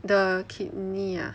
the kidney ah